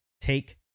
take